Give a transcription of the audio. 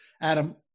Adam